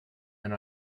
and